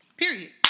Period